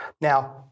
Now